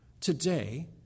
Today